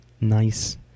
nice